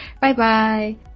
bye-bye